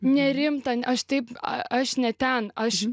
nerimta aš taip aš ne ten aš